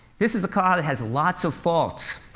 this is a car that has lots of faults.